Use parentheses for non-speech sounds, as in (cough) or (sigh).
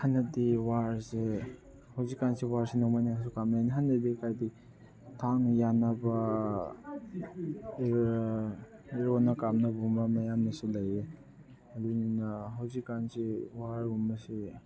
ꯍꯥꯟꯅꯗꯤ ꯋꯥꯔꯁꯦ ꯍꯧꯖꯤꯛ ꯀꯥꯟꯁꯦ ꯋꯥꯔꯁꯦ ꯅꯣꯡꯃꯩꯅꯁꯨ ꯀꯥꯞꯅꯦ ꯅꯍꯥꯟꯋꯥꯏꯗꯤ ꯀꯥꯏꯗꯒꯤ ꯊꯥꯡꯅ ꯌꯥꯟꯅꯕ (unintelligible) ꯑꯦꯔꯣꯅ ꯀꯥꯞꯅꯕꯒꯨꯝꯕ ꯃꯌꯥꯝꯃꯁꯨ ꯂꯩꯌꯦ ꯑꯗꯨꯅ ꯍꯧꯖꯤꯛ ꯀꯥꯟꯁꯤ ꯋꯥꯔꯒꯨꯝꯕꯁꯤ